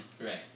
right